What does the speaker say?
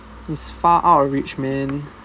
it's far out of reach man